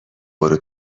برو